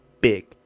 big